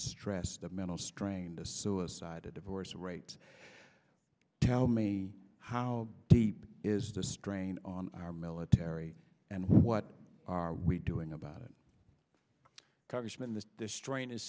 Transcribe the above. stress the mental strain the suicide a divorce rates tell me how deep is the strain on our military and what are we doing about it congressman the strain is